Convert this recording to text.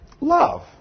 Love